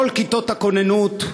כל כיתות הכוננות,